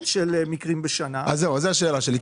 של מקרים בשנה --- זו השאלה שלי.